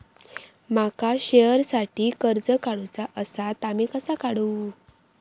माका शेअरसाठी कर्ज काढूचा असा ता मी कसा काढू?